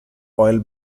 oil